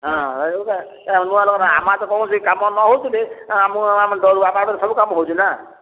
କାମ ନ ହେଉଥିଲେ ଆମ ପାଖରେ ସବୁ କାମ ହେଉଛି ନା